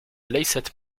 ليست